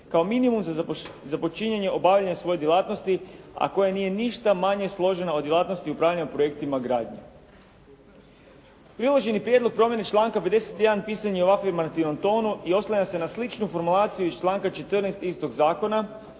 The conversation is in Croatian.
kao minimum za počinjanje obavljanja svoje djelatnosti, a koja nije ništa manje složena od djelatnosti upravljanja projektima gradnje. Priloženi prijedlog promjene članak 51. pisan je u afirmativnom tonu i oslanja se na sličnu formulaciju iz članka 14. istoga zakona,